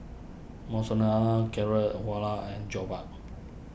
Monsunabe Carrot Halwa and Jokbal